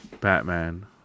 Batman